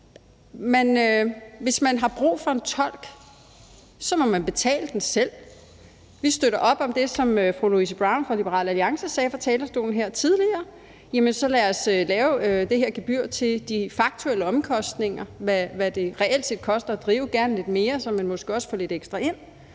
Hvis man har brug for en tolk, må man betale for det selv. Vi støtter op om det, som fru Louise Brown fra Liberal Alliance sagde fra talerstolen her tidligere. Lad os lave det her gebyr, der dækker de faktuelle omkostninger, altså hvad det reelt set koster at drive det og gerne lidt mere, så man måske også får lidt ekstra ind.